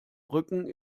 brücken